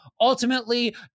Ultimately